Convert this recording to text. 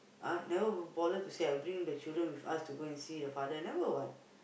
ah never bother to say I bring the children with us to go and see the father never what